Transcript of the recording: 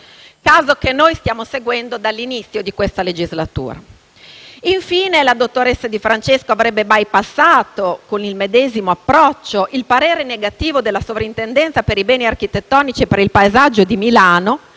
caso che stiamo seguendo dall'inizio di questa legislatura. Infine, la dottoressa Di Francesco avrebbe bypassato, con il medesimo approccio, il parere negativo della soprintendenza per i beni architettonici e per il paesaggio di Milano,